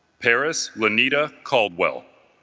paris lenita caldwell